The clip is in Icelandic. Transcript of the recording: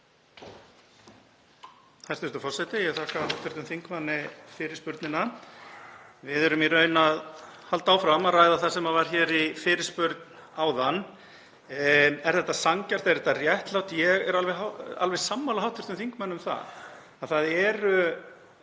Hæstv. forseti. Ég þakka hv. þingmanni fyrirspurnina. Við erum í raun að halda áfram að ræða það sem var hér í fyrirspurn áðan. Er þetta sanngjarnt? Er þetta réttlátt? Ég er alveg sammála hv. þingmanni um það að það eru